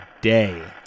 day